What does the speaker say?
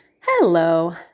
Hello